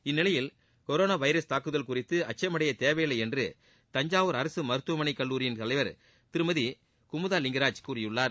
இந்நிலையில் corona virus தாக்குதல் குறித்து அச்சமடைய தேவையில்லை என்று தஞ்சாவூர் அரசு மருத்துவமனை கல்லூரியிள் தலைவர் திருமதி குழுதா லிங்கராஜ் கூறியுள்ளார்